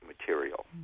material